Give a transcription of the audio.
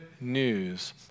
news